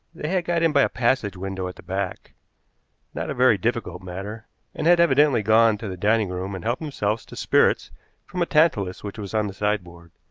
they had got in by a passage window at the back not a very difficult matter and had evidently gone to the dining room and helped themselves to spirits from a tantalus which was on the sideboard.